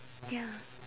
ya